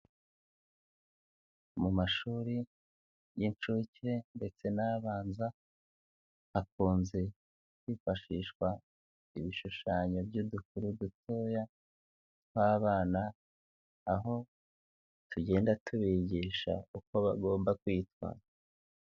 Mu mashuri y'inshuke ndetse n'abanza, hakunze kwifashishwa ibishushanyo by'udukuru dutoya tw'abana, aho tugenda tubigisha uko bagomba kwitwara.